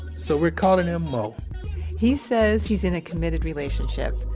so we're calling him mo he says he's in a committed relationship,